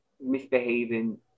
misbehaving